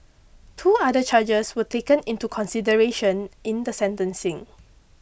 two other charges were taken into consideration in the sentencing